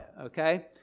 okay